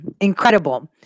Incredible